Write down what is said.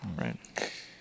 right